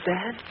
Dad